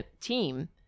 team